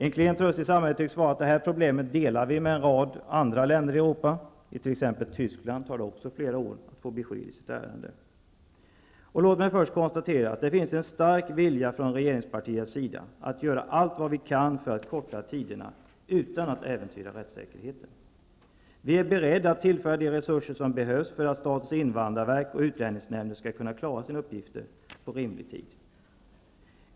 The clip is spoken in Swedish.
En klen tröst i sammanhanget tycks vara att vi delar det här problemet med en rad andra länder i Europa. I t.ex. Tyskland tar det också flera år att få besked i ett ärende. Låt mig först konstatera att det finns en stark vilja hos oss i regeringspartierna att göra allt vi kan för att korta tiderna utan att vi äventyrar rättssäkerheten. Vi är beredda att tillföra de resurser som behövs för att statens invandrarverk och utlänningsnämnden skall kunna klara sina uppgifter på rimlig tid.